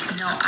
no